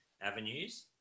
avenues